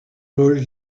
order